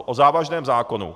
O závažném zákonu.